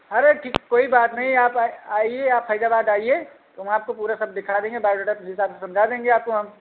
अरे कि कोई बात नहीं आप आइए आप फैजाबाद आइए तो हम आपको पूरा सब दिखा देंगे बाइओडेटा फिर उस हिसाब से समझा देंगे आपको हम